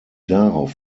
darauf